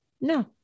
No